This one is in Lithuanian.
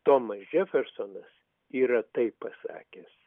tomas džefersonas yra taip pasakęs